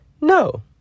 No